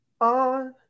on